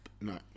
no